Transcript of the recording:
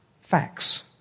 facts